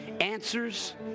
answers